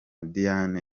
diane